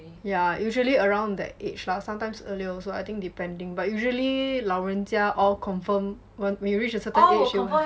yeah usually around that age lah sometimes earlier also I think depending but usually 老人家 all confirm w~ when you reach a certain age you will